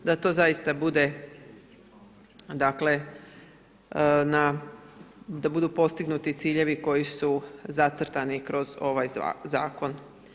Da to zaista bude, dakle, da budu postignuti ciljevi koji su zacrtani kroz ovaj zakon.